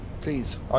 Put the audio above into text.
Please